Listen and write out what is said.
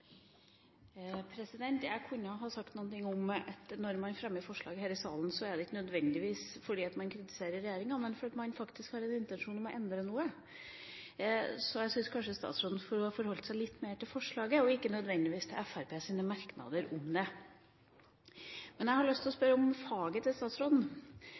samfunnsoppdrag. Jeg kunne ha sagt noe om at når man fremmer forslag her i salen, er det ikke nødvendigvis fordi man kritiserer regjeringa, men fordi man faktisk har en intensjon om å endre noe. Så jeg syns kanskje statsråden kunne forholdt seg litt mer til forslaget og ikke nødvendigvis til Fremskrittspartiets merknader om det. Jeg har lyst til å spørre om faget til statsråden,